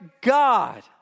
God